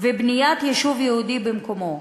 ובניית יישוב יהודי במקומו,